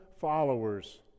followers